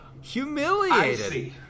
Humiliated